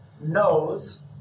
knows